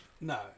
No